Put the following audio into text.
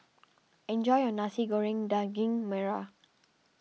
enjoy your Nasi Goreng Daging Merah